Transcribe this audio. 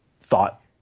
thought